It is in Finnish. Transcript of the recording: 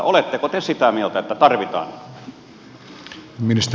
oletteko te sitä mieltä että tarvitaan